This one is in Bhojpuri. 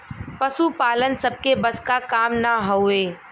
पसुपालन सबके बस क काम ना हउवे